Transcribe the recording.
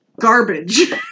garbage